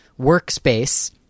workspace